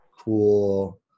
cool